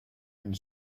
and